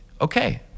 Okay